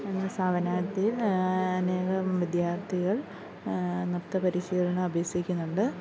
എന്ന സ്ഥാപനത്തില് അനേകം വിദ്യാര്ത്ഥികള് നൃത്ത പരിശീലനം അഭ്യസിക്കുന്നുണ്ട്